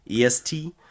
EST